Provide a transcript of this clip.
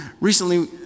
Recently